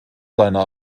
seiner